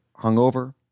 hungover